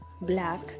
black